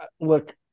look